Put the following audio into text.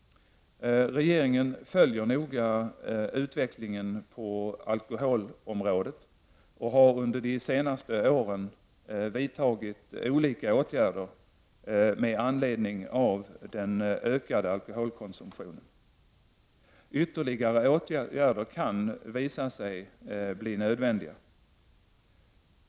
Regeringen följer noga utvecklingen på alkoholområdet och har under de senaste åren vidtagit olika åtgärder med anledning av den ökade alkoholkonsumtionen. Ytterligare åtgärder kan visa sig bli nödvändiga.